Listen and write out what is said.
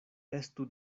estu